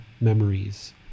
memories